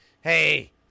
Hey